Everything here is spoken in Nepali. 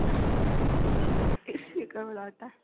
स्पिकरबाट हटा